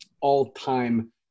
all-time